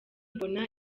mbona